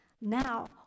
now